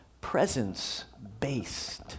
presence-based